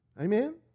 Amen